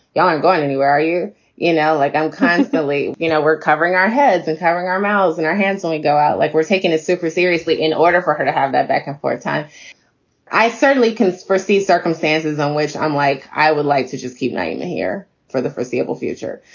yeah i'm going anywhere, you you know, like i'm constantly, you know, we're covering our heads and covering our mouths and our hands. and we go out like we're taking a super seriously in order for her to have that back and forth time i certainly conspiracy's circumstances on which i'm like, i would like to just keep nightmare here for the foreseeable future.